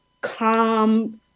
calm